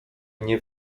nie